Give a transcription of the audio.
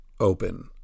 open